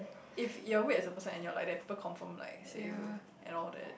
if you're weird as a person and you're like that people confirm like say you and all that